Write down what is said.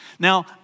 Now